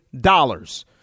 dollars